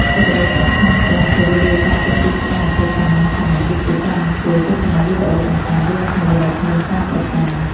សេចក្តីសុខក្នុងផ្ទះជារឿយៗកើតចេញពីសកម្មភាពសាមញ្ញៗដូចជាការអង្គុយទស្សនាវីដេអូកម្សាន្តរួមគ្នាដោយគ្មានការប្រកាន់។